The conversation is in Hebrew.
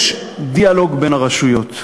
יש דיאלוג בין הרשויות.